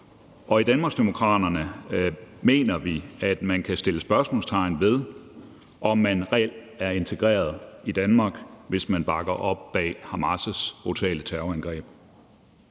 I Danmarksdemokraterne mener vi, at man kan sætte spørgsmålstegn ved, om man reelt er integreret i Danmark, hvis man bakker op om Hamas' brutale terrorangreb.